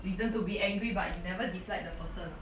reason to be angry but you never dislike the person lah